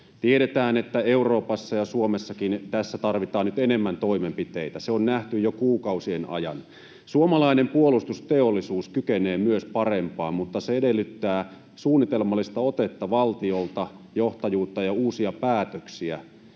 Tiedetään, että Euroopassa ja Suomessakin tässä tarvitaan nyt enemmän toimenpiteitä — se on nähty jo kuukausien ajan. Suomalainen puolustusteollisuus kykenee myös parempaan, mutta se edellyttää suunnitelmallista otetta valtiolta, johtajuutta ja uusia päätöksiä.